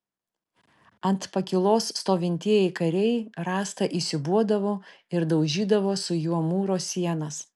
ant pakylos stovintieji kariai rąstą įsiūbuodavo ir daužydavo su juo mūro sienas